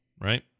right